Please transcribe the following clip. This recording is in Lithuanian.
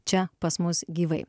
čia pas mus gyvai